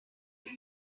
yaje